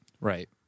Right